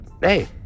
hey